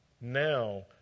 Now